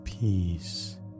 peace